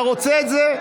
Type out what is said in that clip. אתה רוצה את זה?